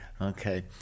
Okay